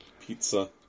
pizza